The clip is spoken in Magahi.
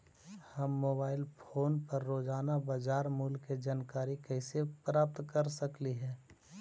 हम मोबाईल फोन पर रोजाना बाजार मूल्य के जानकारी कैसे प्राप्त कर सकली हे?